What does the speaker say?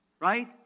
Right